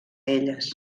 elles